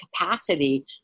capacity